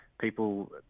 people